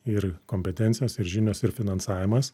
ir kompetencijas ir žinios ir finansavimas